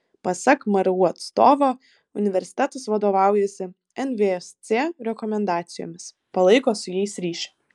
pasak mru atstovo universitetas vadovaujasi nvsc rekomendacijomis palaiko su jais ryšį